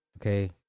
okay